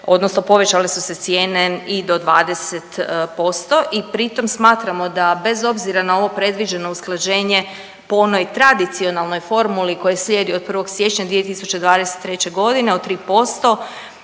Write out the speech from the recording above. odnosno povećale su se cijene i do 20% i pritom smatramo da bez obzira na ovo predviđeno usklađenje po onoj tradicionalnoj formuli koja slijedi od 1. siječnja 2023. g. od 3%